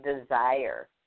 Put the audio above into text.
desire